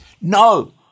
No